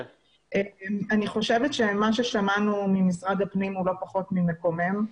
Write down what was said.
אני חושבת שמה ששמענו ממשרד הפנים הוא לא פחות ממקומם.